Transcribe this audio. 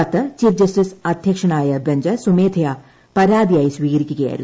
കത്ത് chief justice അധ്യക്ഷനായ bench സ്വമേധയാ പരാതിയായി സ്വീകരിക്കുകയായിരുന്നു